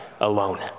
alone